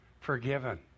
forgiven